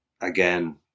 again